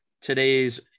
Today's